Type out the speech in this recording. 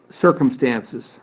circumstances